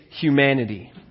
humanity